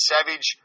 Savage